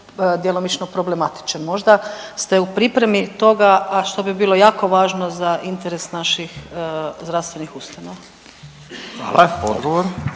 djelomično problematičan. Možda ste u pripremi toga a što bi bilo jako važno za interes naših zdravstvenih ustanova. **Radin,